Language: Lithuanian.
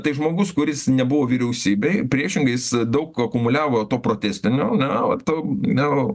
tai žmogus kuris nebuvo vyriausybėj priešingai jis daug akumuliavo to protestinio ne va to ne